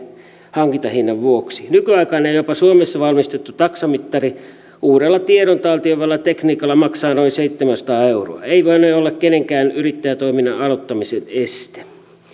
hankintahinnan vuoksi nykyaikainen jopa suomessa valmistettu taksamittari uudella tiedon taltioivalla tekniikalla maksaa noin seitsemänsataa euroa ei voine olla kenenkään yrittäjätoiminnan aloittamisen este